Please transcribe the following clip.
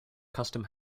custom